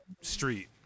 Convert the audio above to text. street